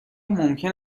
ممکن